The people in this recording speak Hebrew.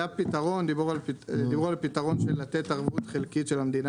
היה דיבור על פתרון של לתת ערבות חלקית של המדינה